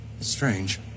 strange